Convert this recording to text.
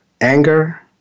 anger